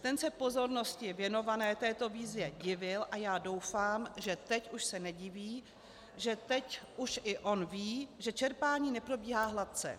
Ten se pozornosti věnované této výzvě divil a já doufám, že teď už se nediví, že teď už i on ví, že čerpání neprobíhá hladce.